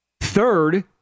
Third